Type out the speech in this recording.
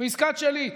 בעסקת שליט,